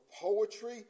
poetry